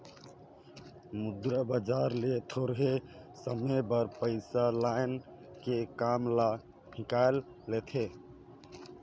मुद्रा बजार ले थोरहें समे बर पइसा लाएन के काम ल हिंकाएल लेथें